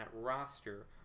roster